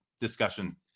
discussion